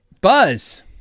Buzz